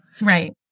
Right